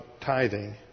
tithing